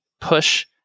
push